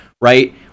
right